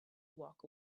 walk